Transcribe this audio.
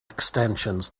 extensions